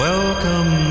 Welcome